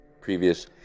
previous